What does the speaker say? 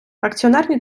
акціонерні